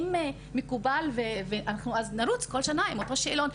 אם מקובל, אז אנחנו נרוץ בכל שנה עם אותו שאלון.